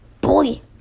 boy